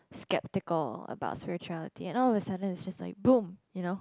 skeptical about spirituality and all of a sudden is just like boom you know